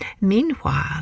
Meanwhile